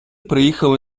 приїхали